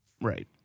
Right